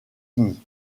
unis